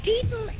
people